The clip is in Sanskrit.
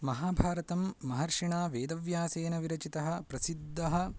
महाभारतं महर्षिणा वेदव्यासेन विरचितः प्रसिद्दः